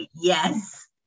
Yes